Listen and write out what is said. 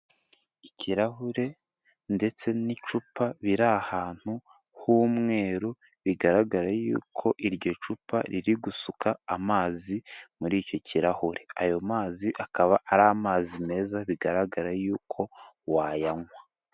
Ikirahure ndetse n'icupa biri ahantu h'umweru, bigaragara yuko iryo cupa riri gusuka amazi muri icyo kirahure, ayo mazi akaba ari amazi meza bigaragara yuko wayanywa.